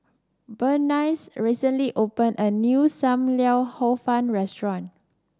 Burnice recently opened a new Sam Lau Hor Fun restaurant